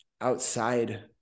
outside